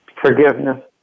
forgiveness